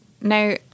now